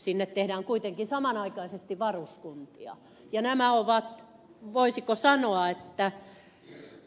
sinne tehdään kuitenkin samanaikaisesti varuskuntia ja voisiko sanoa että nämä